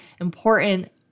important